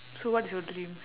so what is your dream